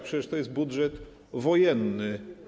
Przecież to jest budżet wojenny.